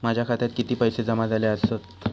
माझ्या खात्यात किती पैसे जमा झाले आसत?